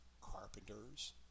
carpenters